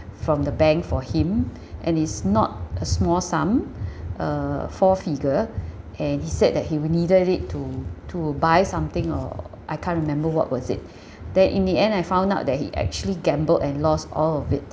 from the bank for him and it's not a small sum uh four figure and he said that he would needed it to to buy something or I can't remember what was it then in the end I found out that he actually gambled and lost all of it